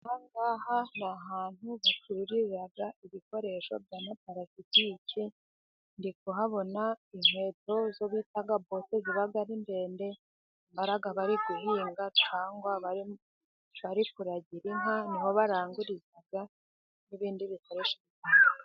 Aha ngaha ni ahantu bacururira ibikoresho bya amaparasitike. Ndi ikuhabona inkweto zo bita bote ,ziba ari ndende bambara bari guhinga cyangwa bari kuragira inka. Ni ho baranguriza n'ibindi bikashoresho bitandukanye.